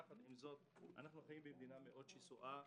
יחד עם זאת, אנחנו חיים במדינה מאד שסועה,